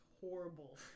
horrible